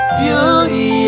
beauty